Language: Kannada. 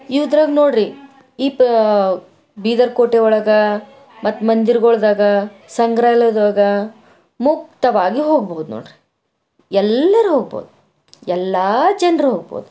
ಇದ್ರಾಗೆ ನೋಡ್ರಿ ಈ ಪ ಬೀದರ್ ಕೋಟೆ ಒಳಗೆ ಮತ್ತೆ ಮಂದಿರಗೊಳ್ದಾಗೆ ಸಂಗ್ರಹಾಲಯ್ದಾಗೆ ಮುಕ್ತವಾಗಿ ಹೋಗ್ಬಹುದು ನೋಡ್ರಿ ಎಲ್ಲರು ಹೋಗ್ಬಹುದು ಎಲ್ಲ ಜನರು ಹೋಗ್ಬೋದು